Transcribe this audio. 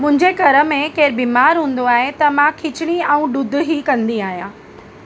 मुंहिंजे घर में केरु बीमार हूंदो आहे त मां खिचिणी ऐं ॾुधु ई कंदी आहियां